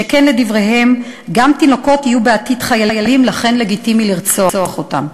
שכן לדבריהם גם תינוקות יהיו בעתיד חיילים ולכן לגיטימי לרצוח אותם.